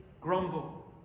grumble